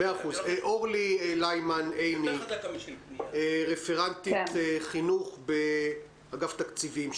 אורלי ליימן עיני, רפרנטית חינוך באגף התקציבים,